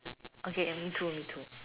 okay me too me too